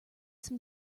some